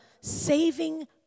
saving